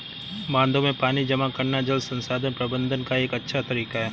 बांधों में पानी जमा करना जल संसाधन प्रबंधन का एक अच्छा तरीका है